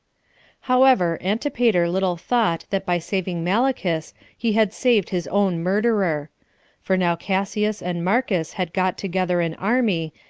however, antipater little thought that by saving malichus he had saved his own murderer for now cassius and marcus had got together an army,